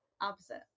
opposite